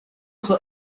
her